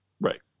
Right